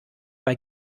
bei